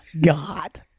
God